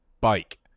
bike